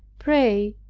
pray,